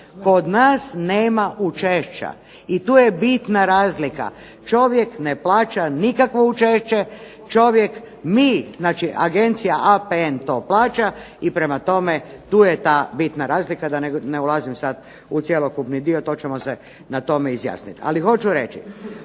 Kod nas nema učešća i tu je bitna razlika. Čovjek ne plaća nikakvo učešće, čovjek, mi, znači agencija APN to plaća i prema tome tu je ta bitna razlika da ne ulazim sad u cjelokupni dio, to ćemo se na tome izjasniti. Ali hoću reći,